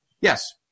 Yes